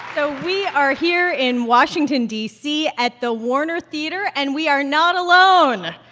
so we are here in washington, d c, at the warner theatre. and we are not alone